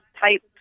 type